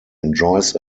enjoys